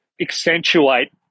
accentuate